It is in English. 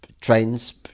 trains